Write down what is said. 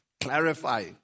clarify